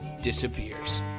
disappears